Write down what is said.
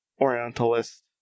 orientalist